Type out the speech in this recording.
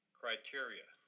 criteria